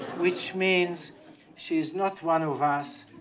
which means she is not one of us.